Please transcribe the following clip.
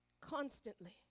constantly